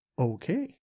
Okay